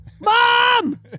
Mom